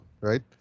right